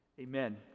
amen